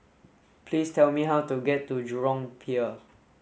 please tell me how to get to Jurong Pier